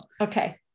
Okay